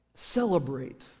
Celebrate